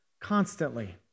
constantly